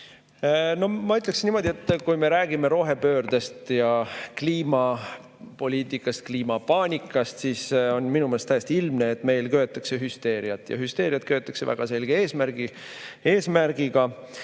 ütleksin niimoodi, et kui me räägime rohepöördest ja kliimapoliitikast, kliimapaanikast, siis on minu meelest täiesti ilmne, et meil köetakse hüsteeriat. Seda hüsteeriat köetakse väga selge eesmärgiga